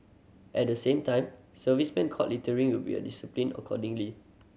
at the same time servicemen caught littering will be disciplined accordingly